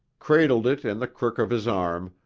cradled it in the crook of his arm,